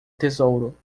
tesouro